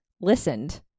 listened